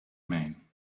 mean